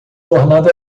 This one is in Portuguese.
tornado